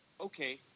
okay